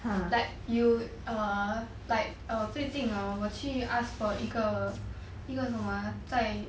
like you err like err 最近 hor 我去 asked for 一个一个什么 ah 在